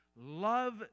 love